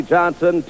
Johnson